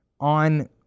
on